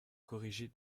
corriger